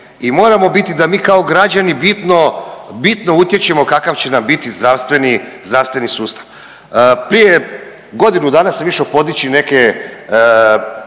i moramo biti da mi kao građani bitno, bitno utječemo kakav će nam biti zdravstveni, zdravstveni sustav. Prije godinu dana sam išao podići neke